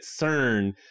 CERN